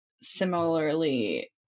similarly